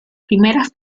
primeras